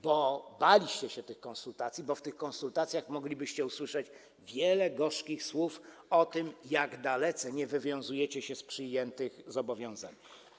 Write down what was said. Bo baliście się tych konsultacji, bo w czasie tych konsultacji moglibyście usłyszeć wiele gorzkich słów o tym, jak dalece nie wywiązujecie się z przyjętych zobowiązań.